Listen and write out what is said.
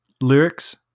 lyrics